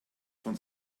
von